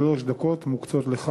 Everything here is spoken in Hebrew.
שלוש דקות מוקצות לך.